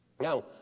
Now